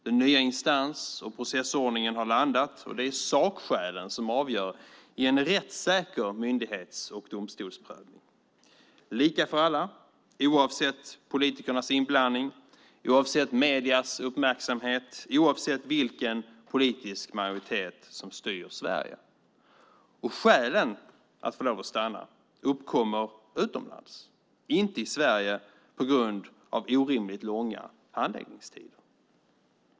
Den nya instans och processordningen har landat, och det är sakskälen som avgör i en rättssäker myndighets och domstolsprövning. Det är lika för alla, oavsett politikernas inblandning, oavsett mediernas uppmärksamhet och oavsett vilken politisk majoritet som styr Sverige. Och skälen att få lov att stanna uppkommer utomlands, inte i Sverige på grund av orimligt långa handläggningstider.